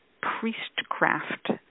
priestcraft